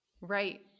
Right